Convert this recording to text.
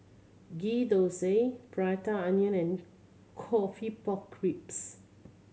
Ghee Thosai Prata Onion and coffee pork ribs